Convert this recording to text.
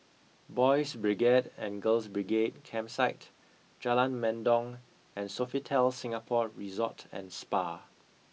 Boys' Brigade and Girls' Brigade Campsite Jalan Mendong and Sofitel Singapore Resort and Spa